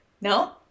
No